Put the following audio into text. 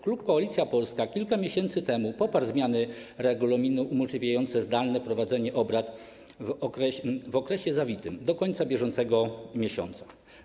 Klub Koalicja Polska kilka miesięcy temu poparł zmiany regulaminu umożliwiające zdalne prowadzenie obrad w okresie, terminie zawitym - do końca bieżącego miesiąca.